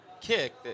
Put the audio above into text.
kick